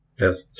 Yes